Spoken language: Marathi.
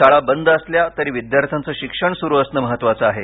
शाळा बंद असल्या तरी विद्यार्थ्यांचे शिक्षण सुरू असणे महत्त्वाचे आहे